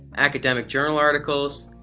academic journal articles,